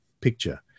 picture